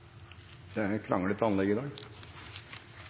Det er kranglete anlegg i dag.